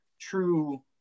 true